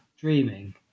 dreaming